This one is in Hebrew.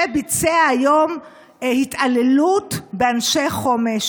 שביצע היום התעללות באנשי חומש?